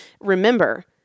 remember